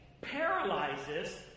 paralyzes